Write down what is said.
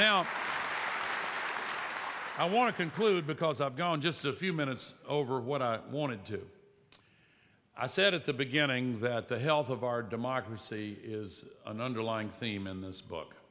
am i want to conclude because i've gone just a few minutes over what i want to do i said at the beginning that the health of our democracy is an underlying theme in this book